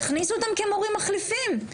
תכניסו אותם כמורים מחליפים,